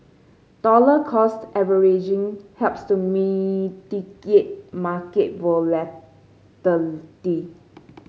dollar cost averaging helps to mitigate market volatility